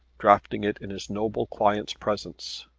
drafting it in his noble client's presence.